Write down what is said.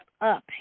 up